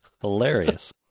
hilarious